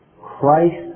Christ